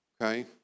Okay